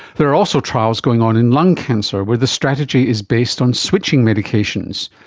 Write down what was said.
there are also trials going on in lung cancer where the strategies based on switching medications,